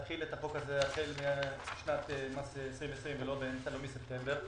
להחיל את החוק הזה החל משנת המס 2020 ולא רק מספטמבר,